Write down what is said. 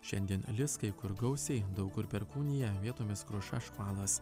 šiandien lis kai kur gausiai daug kur perkūnija vietomis kruša škvalas